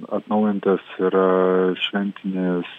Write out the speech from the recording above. atnaujintas ir šventinis